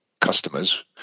customers